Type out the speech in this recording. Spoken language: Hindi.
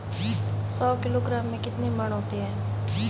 सौ किलोग्राम में कितने मण होते हैं?